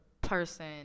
person